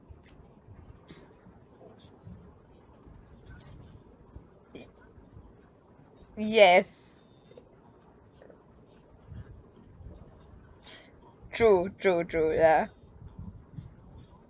yes true true true ya